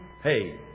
Hey